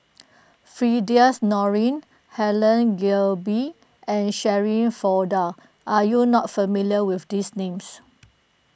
Firdaus Nordin Helen Gilbey and Shirin Fozdar are you not familiar with these names